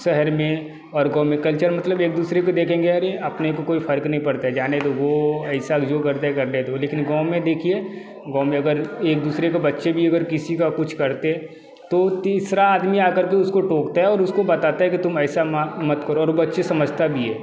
शहर में और गाँव में कल्चर मतलब एक दुसरे को देखेंगे अरे अपने को कोई फ़र्क़ नहीं पड़ता है जाने दो वो ऐसा जो करता है करने दो लेकिन गाँव में देखिए गाँव में अगर एक दुसरे को बच्चे भी किसी का कुछ करते हैं तो तीसरा आदमी आ कर के उसको टोकता है और उसको बताता है कि तुम ऐसा मा मत करो और वो बच्चा समझता भी है